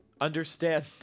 understand